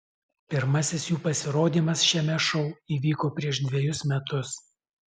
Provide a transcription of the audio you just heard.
pirmasis jų pasirodymas šiame šou įvyko prieš dvejus metus